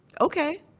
okay